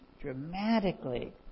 dramatically